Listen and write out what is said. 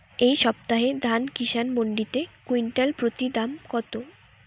এই সপ্তাহে ধান কিষান মন্ডিতে কুইন্টাল প্রতি দাম কত?